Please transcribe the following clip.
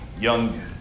young